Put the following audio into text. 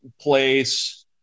place